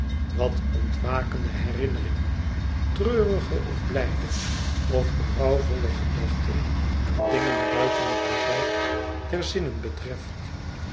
wat ontwakende herinneringen treurige of blijde of berouwvolle gedachten aan dingen buiten het bereik der zinnen betreft